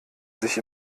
sich